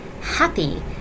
happy